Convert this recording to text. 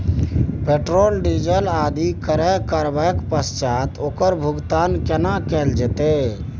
Petrol, diesel आदि क्रय करबैक पश्चात ओकर भुगतान केना कैल जेतै?